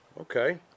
Okay